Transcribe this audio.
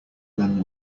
than